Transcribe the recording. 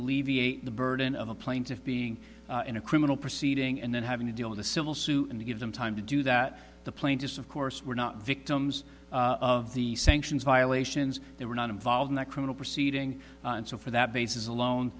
alleviate the burden of a plaintiff being in a criminal proceeding and then having to deal with a civil suit and to give them time to do that the plaintiffs of course were not victims of the sanctions violations they were not involved in that criminal proceeding and so for that basis alone